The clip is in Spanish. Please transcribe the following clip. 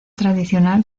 tradicional